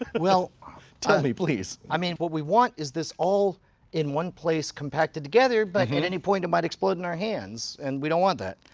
well tell me, please. i mean, what we want is this all in one place compacted together, but at any point, it might explode in our hands, and we don't want that,